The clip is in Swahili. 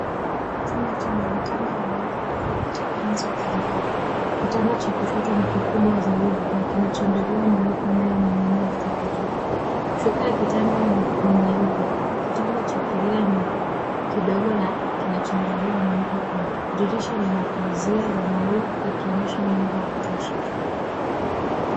Chumba chenye vitanda viwili vilivyotengenezwa kwa mbao. Kitanda cha kushoto ni kikubwa zaidi na kina chandarua nyeupe inayoning'inia kutoka juu. Shuka ya kitanda ni nyeupe. Kitanda cha kulia ni kidogo na kina chandarua nyeupe pia. Dirisha lina pazia na maua likionyesha mwanga wa kutosha.